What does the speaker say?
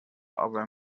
aber